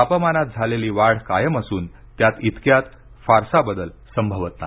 तापमानात झालेली वाढ कायम असून त्यात इतक्यात फारसा बदल संभवत नाही